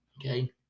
Okay